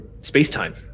space-time